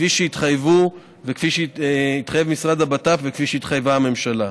כפי שהתחייב המשרד לביטחון הפנים וכפי שהתחייבה הממשלה.